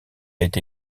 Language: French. été